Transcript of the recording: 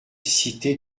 cité